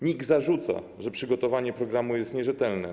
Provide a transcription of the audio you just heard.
NIK zarzuca, że przygotowanie programu jest nierzetelne.